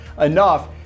enough